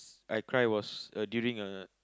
I cry was uh during a